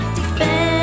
defend